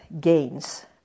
gains